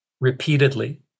repeatedly